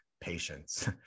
patience